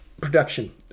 production